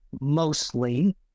mostly